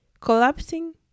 collapsing